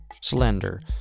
slender